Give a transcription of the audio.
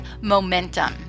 momentum